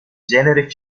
genere